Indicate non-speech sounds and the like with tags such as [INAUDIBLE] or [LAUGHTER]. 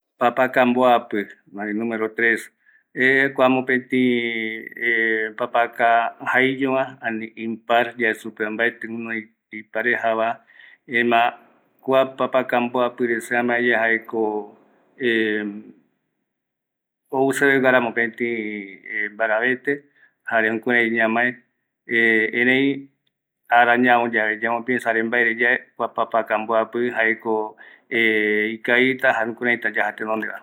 Papaka mboapï ani numero tres, [HESITATION] kua mopëtï [HESITATION] papaka jaeiñova, ani impar yae supeva, mbaeti guinoi iparejava, jaema kua papaka mboapïre se amaeyeva jaeko [HESITATION] ou seveguara mopeti mbaravete, erei arañavo yave yambo piensa mbaere yae, kua papaka mboapï jaeko [HESITATION] jaeko ikavita jare jukuraï yaja tenonde.